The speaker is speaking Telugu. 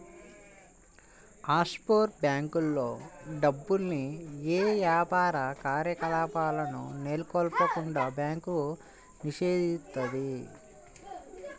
ఆఫ్షోర్ బ్యేంకుల్లో డబ్బుల్ని యే యాపార కార్యకలాపాలను నెలకొల్పకుండా బ్యాంకు నిషేధిత్తది